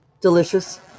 delicious